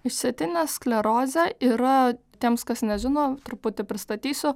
išsėtinė sklerozė yra tiems kas nežino truputį pristatysiu